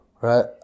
right